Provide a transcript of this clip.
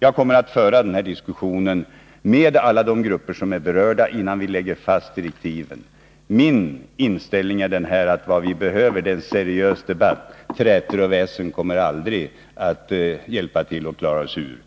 Jag kommer att föra den här diskussionen med alla de grupper som är berörda innan vi lägger fast direktiven. Min inställning är att det vi behöver är en seriös debatt. Trätor och väsen kommer aldrig att hjälpa till att klara oss ur